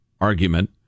argument